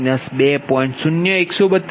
0132